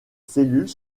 cellules